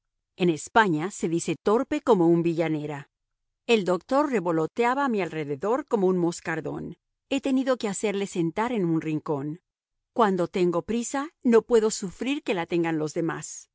en españa se dice torpe como un villanera el doctor revoloteaba a mi alrededor como un moscardón he tenido que hacerle sentar en un rincón cuando tengo prisa no puedo sufrir que la tengan los demás